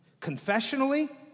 Confessionally